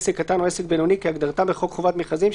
עסק קטן או עסק בינוני כהגדרתם בחוק חובת המכרזים,